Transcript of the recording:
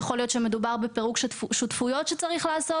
יכול להיות שמדובר בפירוק שותפויות שצריך לעשות.